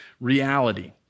reality